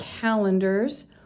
calendars